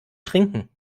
trinken